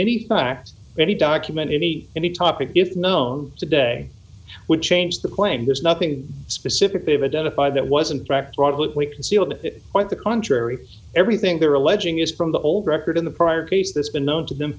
facts any document any any topic if known today would change the claim there's nothing specific they've identified that wasn't correct right which we concealed quite the contrary everything they're alleging is from the old record in the prior case that's been known to them